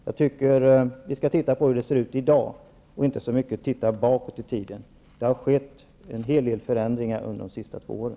Jag tycker att vi skall titta på hur det ser ut i dag och inte titta så mycket bakåt i tiden. Det har skett en hel del förändringar under de senaste två åren.